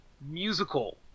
musical